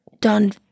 done